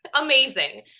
Amazing